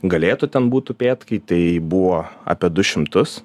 galėtų ten būt upėtakiai tai tai buvo apie du šimtus